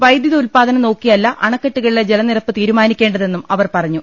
വൈദ്യുതി ഉത്പാ ദനം നോക്കിയല്ല അണക്കെട്ടുകളിലെ ജലനിരപ്പ് തീരുമാനിക്കേണ്ടതെന്നും അവർ പറഞ്ഞു